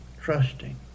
trusting